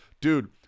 dude